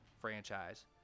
franchise